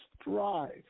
strive